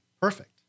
perfect